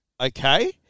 okay